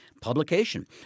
publication